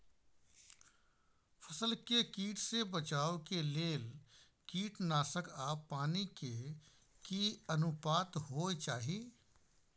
फसल के कीट से बचाव के लेल कीटनासक आ पानी के की अनुपात होय चाही?